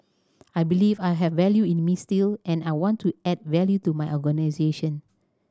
I believe I have value in me still and I want to add value to my organisation